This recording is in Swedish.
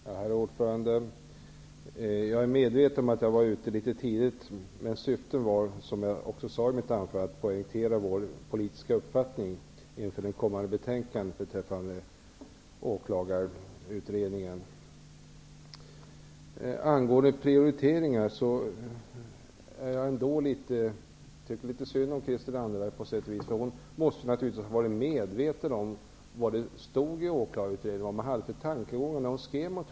Herr talman! Jag är medveten om att jag var litet tidigt ute. Men som jag sade i mitt anförande var syftet att poängtera vår politiska uppfattning inför det kommande betänkandet beträffande Angående prioriteringar tycker jag på sätt och vis litet synd om Christel Anderberg därför att hon naturligtvis måste ha varit medveten om det som stod i Åklagarutredningen. Jag undrar vad hon hade för tankegångar när hon skrev motionen.